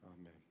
Amen